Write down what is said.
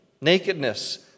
nakedness